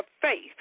faith